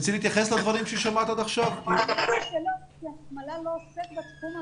המטה לביטחון לא עוסק בתחום הזה.